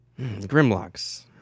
Grimlocks